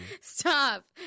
Stop